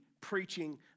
preaching